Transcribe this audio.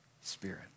Spirit